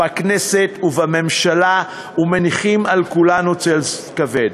בכנסת ובממשלה ומניחים על כולנו צל כבד.